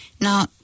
Now